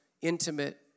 intimate